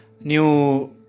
new